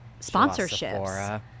sponsorships